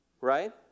Right